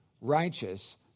righteous